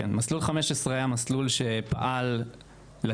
כן, מסלול 15 היה מסלול שפעל לתת